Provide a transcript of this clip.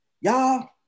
y'all